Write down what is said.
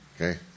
okay